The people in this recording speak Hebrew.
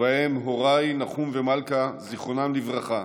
ובהם הוריי נחום ומלכה, זיכרונם לברכה,